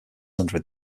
under